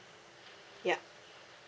ya